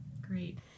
Great